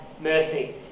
mercy